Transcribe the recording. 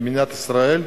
במדינת ישראל,